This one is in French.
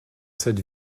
cette